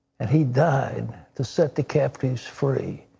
and he died to set the captives free.